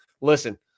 listen